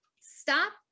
Stop